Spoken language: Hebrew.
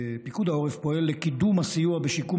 פיקוד העורף פועל לקידום הסיוע בשיקום